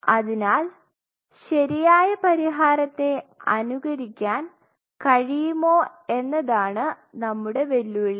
അതിനാൽ ശരിയായ പരിഹാരത്തെ അനുകരിക്കാൻ കഴിയുമോ എന്നതാണ് നമ്മുടെ വെല്ലുവിളി